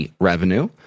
revenue